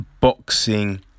boxing